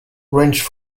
ranged